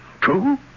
True